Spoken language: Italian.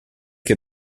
che